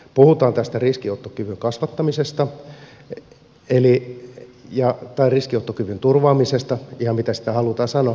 puhutaan tästä riskinottokyvyn kasvattamisesta tai riskinottokyvyn turvaamisesta ihan miten sitä halutaan sanoa